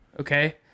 okay